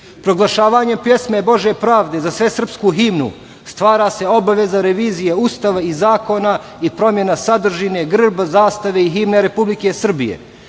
Hercegovine. Proglašavanjem pesme „Bože pravde“ za svesrpsku himnu, stvara se obaveza revizije Ustava i zakona i promena sadržine grba, zastave i himne Republike Srbije.